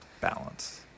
Balance